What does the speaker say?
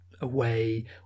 away